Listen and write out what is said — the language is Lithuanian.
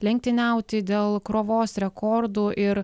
lenktyniauti dėl krovos rekordų ir